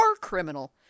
criminal